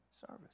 service